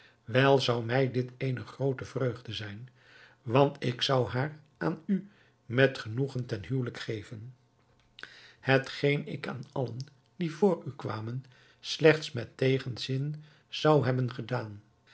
wel zou mij dit eene groote vreugde zijn want ik zou haar aan u met genoegen ten huwelijk geven hetgeen ik aan allen die voor u kwamen slechts met tegenzin zou hebben gedaan